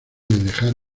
dejar